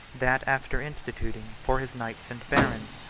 that after instituting, for his knights and barons,